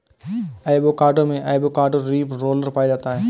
avocado में avocado leaf roller पाया जाता है